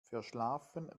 verschlafen